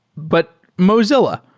but mozi lla,